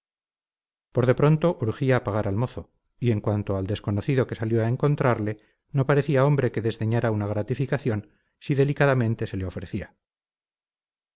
por de pronto urgía pagar al mozo y en cuanto al desconocido que salió a encontrarle no parecía hombre que desdeñara una gratificación si delicadamente se le ofrecía